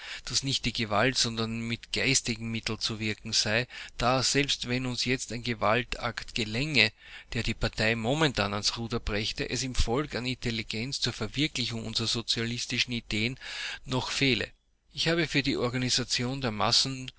daß nicht mit gewalt sondern mit geistigen mitteln zu wirken sei da selbst wenn uns jetzt ein gewaltakt gelänge der die partei momentan an das ruder brächte es im volke an intelligenz zur verwirklichung unserer sozialistischen ideen noch fehle ich habe für die organisation der massen